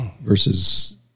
versus